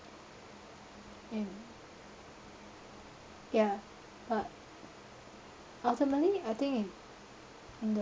im~ ya but ultimately I think in the